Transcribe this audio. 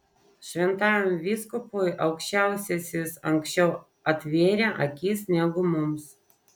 šventajam vyskupui aukščiausiasis anksčiau atvėrė akis negu mums